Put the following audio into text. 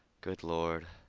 good lord!